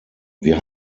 wir